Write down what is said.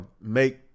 make